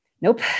nope